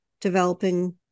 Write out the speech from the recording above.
developing